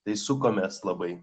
tai sukomės labai